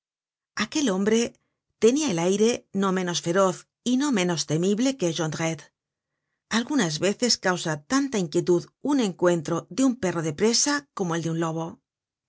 retruécanos como se encuentran á cada paso content from google book search generated at jondrette algunas veces causa tanta inquietud un encuentro de un perro de presa como el de un lobo